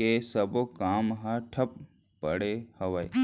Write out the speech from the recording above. के सब्बो काम ह ठप पड़े हवय